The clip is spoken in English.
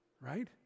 right